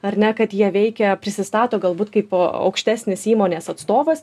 ar ne kad jie veikia prisistato galbūt kaipo aukštesnis įmonės atstovas